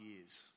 years